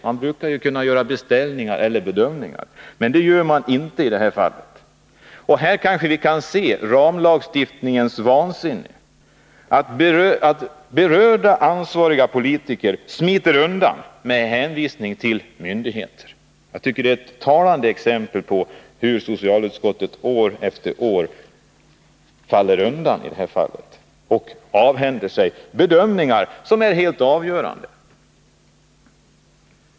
Man brukar ju kunna göra bedömningar. Men det gör man inte i detta fall. Här kan vi se ramlagstiftningens vansinne, att berörda ansvariga politiker smiter undan med hänvisning till myndigheter. Jag tycker detta är ett talande exempel på hur socialutskottet år efter år faller undan i denna fråga och avhänder sig möjligheten att göra bedömningar som är helt avgörande.